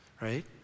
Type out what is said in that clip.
Right